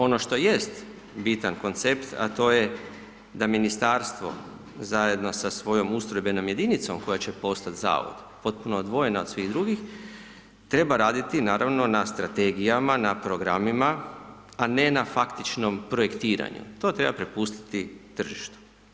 Ono što jest bitan koncept, a to je da Ministarstvo zajedno sa svojom ustrojbenom jedinicom koja će postati Zavod, potpuno odvojena od svih drugih, treba raditi, naravno, na strategijama, na programima, a ne na faktičnom projektiranju, to treba prepustiti tržištu.